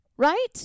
Right